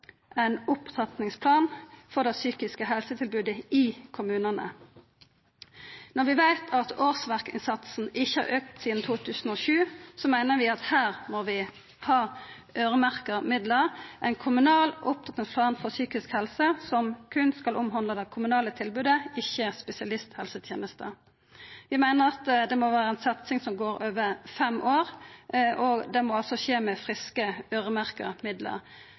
ein opptrappingsplan for det psykiske helsetilbodet i kommunane. Når vi veit at årsverkinnsatsen ikkje har auka sidan 2007, meiner vi at her må vi ha øyremerkte midlar – ein kommunal opptrappingsplan for psykisk helse som berre skal omhandla det kommunale tilbodet, ikkje spesialisthelsetenesta. Vi meiner at det må vera ei satsing som går over fem år, og det må altså skje med friske,